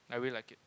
I really like it